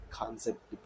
concept